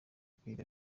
kwiga